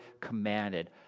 commanded